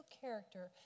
character